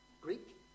Greek